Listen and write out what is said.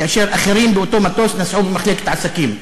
כאשר אחרים באותו מטוס נסעו במחלקת עסקים.